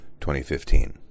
2015